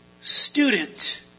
Student